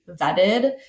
vetted